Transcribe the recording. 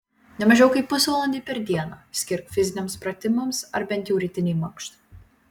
ne mažiau kaip pusvalandį per dieną skirk fiziniams pratimams ar bent jau rytinei mankštai